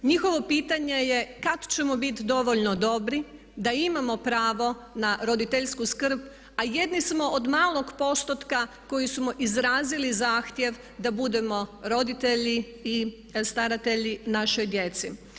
Njihovo pitanje je kad ćemo biti dovoljno dobri da imamo pravo na roditeljsku skrb a jedni smo od malog postotka koji smo izrazili zahtjev da budemo roditelji i staratelji našoj djeci.